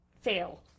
fail